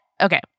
Okay